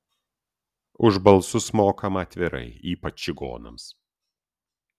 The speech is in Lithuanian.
už balsus mokama atvirai ypač čigonams